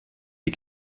die